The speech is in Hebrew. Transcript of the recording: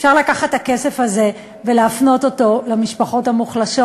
אפשר לקחת את הכסף הזה ולהפנות אותו למשפחות המוחלשות